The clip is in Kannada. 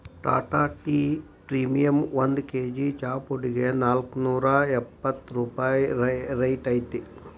ಟಾಟಾ ಟೇ ಪ್ರೇಮಿಯಂ ಒಂದ್ ಕೆ.ಜಿ ಚಾಪುಡಿಗೆ ನಾಲ್ಕ್ನೂರಾ ಎಪ್ಪತ್ ರೂಪಾಯಿ ರೈಟ್ ಐತಿ